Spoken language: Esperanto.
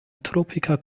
tropika